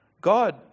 God